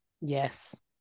Yes